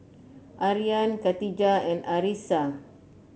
Aryan Katijah and Arissa